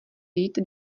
jít